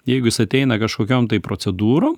jeigu jis ateina kažkokiom tai procedūrų